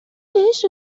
بهش